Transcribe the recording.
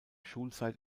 schulzeit